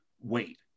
Wait